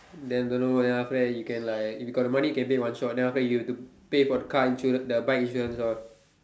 then don't know then after that you can like if you got the money you can pay one shot then after you have to pay for the car insurance the bike insurance all